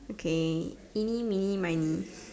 okay eeny-meeny-miny